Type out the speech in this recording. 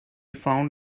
found